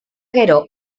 gero